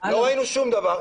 לא ראינו שום דבר.